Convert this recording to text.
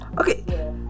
Okay